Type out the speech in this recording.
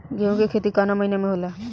गेहूँ के खेती कवना महीना में होला?